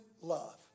love